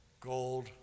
gold